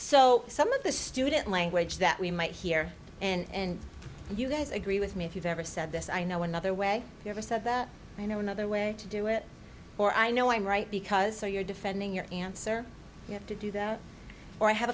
so some of the student language that we might hear and you guys agree with me if you've ever said this i know another way never said you know another way to do it or i know i'm right because so you're defending your answer you have to do that or i have